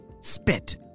spit